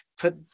put